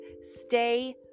stay